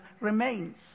remains